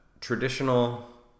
traditional